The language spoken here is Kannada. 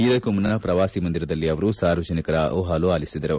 ಇದಕ್ಕೂ ಮುನ್ನ ಪ್ರವಾಸಿ ಮಂದಿರದಲ್ಲಿ ಅವರು ಸಾರ್ವಜನಿಕರ ಅಹವಾಲು ಅಲಿಸಿದರು